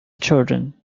children